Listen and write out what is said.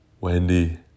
Wendy